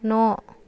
न'